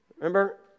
Remember